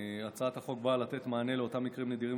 הצעת חוק באה לתת מענה באותם מקרים נדירים